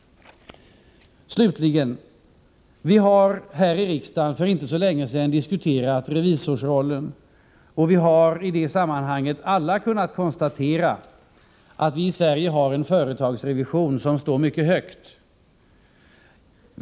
Slutligen: Vi har här i riksdagen för inte så länge sedan diskuterat revisorsrollen och har i det sammanhanget alla kunnat konstatera att vi i Sverige har en företagsrevision som står mycket högt.